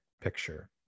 picture